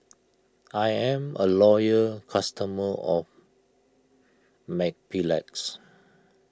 I'm a loyal customer of Mepilex